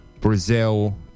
Brazil